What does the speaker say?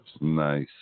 Nice